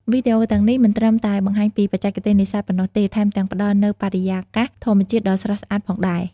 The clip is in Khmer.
វីដេអូទាំងនេះមិនត្រឹមតែបង្ហាញពីបច្ចេកទេសនេសាទប៉ុណ្ណោះទេ ថែមទាំងផ្តល់នូវបរិយាកាសធម្មជាតិដ៏ស្រស់ស្អាតផងដែរ។